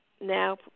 now